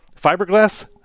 Fiberglass